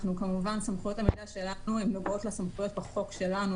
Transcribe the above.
כמובן סמכויות המידע שלנו נוגעות לסמכויות בחוק שלנו,